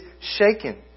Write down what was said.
shaken